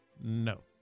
No